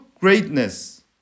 greatness